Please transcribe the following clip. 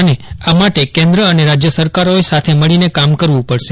અને આ માટે કેન્દ્ર અને રાજય સરકારોએ સાથે મળીને કામ કરવું પકશે